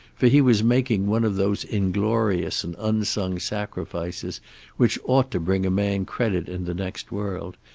for he was making one of those inglorious and unsung sacrifices which ought to bring a man credit in the next world,